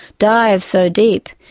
dive so deep,